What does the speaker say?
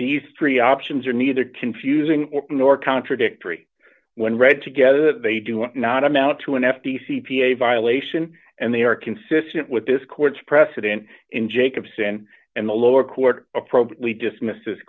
the street options are neither confusing or nor contradictory when read together they do not amount to an f t c p a violation and they are consistent with this court's precedent in jacobson and the lower court appropriately dismisse